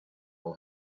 will